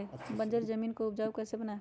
बंजर जमीन को उपजाऊ कैसे बनाय?